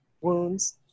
wounds